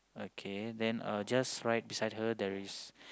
okay then uh just right beside her there is